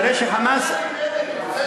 ה"חמאס" רוצה